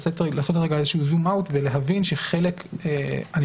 לעשות איזה זום-אאוט ולהבין שחלק אני